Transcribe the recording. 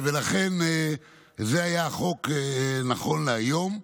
לכן, זה היה החוק, נכון להיום.